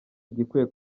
igikwiye